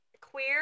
queer